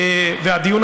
הדיון,